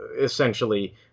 essentially